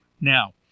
Now